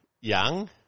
Young